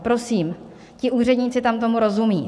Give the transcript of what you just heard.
Prosím, ti úředníci tam tomu rozumí.